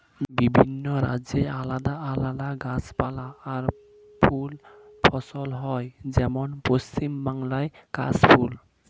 বিভিন্ন রাজ্যে আলাদা আলাদা গাছপালা আর ফুল ফসল হয়, যেমন পশ্চিম বাংলায় কাশ ফুল